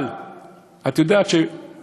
קרוב ל-20